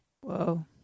whoa